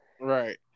Right